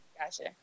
Gotcha